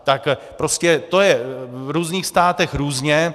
Tak prostě to je v různých státech různě.